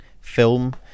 film